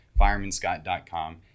firemanscott.com